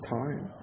time